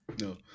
no